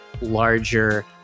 larger